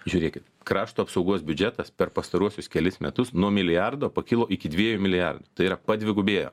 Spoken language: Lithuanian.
žiūrėkit krašto apsaugos biudžetas per pastaruosius kelis metus nuo milijardo pakilo iki dviejų milijardų tai yra padvigubėjo